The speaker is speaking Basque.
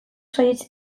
saihets